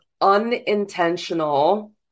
unintentional